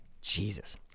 jesus